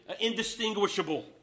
indistinguishable